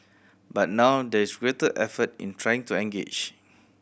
but now there is greater effort in trying to engage